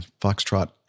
Foxtrot